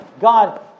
God